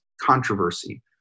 controversy